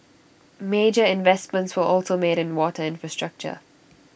major investments were also made in water infrastructure